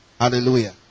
Hallelujah